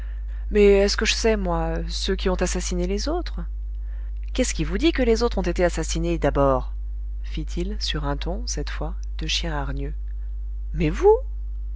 mais est-ce que je sais moi ceux qui ont assassiné les autres qu'est-ce qui vous dit que les autres ont été assassinés d'abord fit-il sur un ton cette fois de chien hargneux mais vous